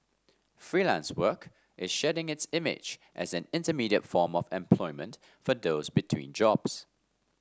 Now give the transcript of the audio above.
freelance work is shedding its image as an intermediate form of employment for those between jobs